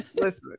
Listen